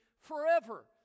forever